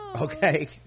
Okay